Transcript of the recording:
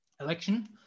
election